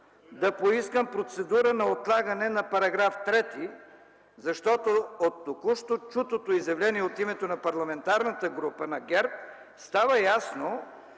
да поискам процедура за отлагане на § 3, защото от току-що чутото изявление от името на Парламентарната група на ГЕРБ става ясно,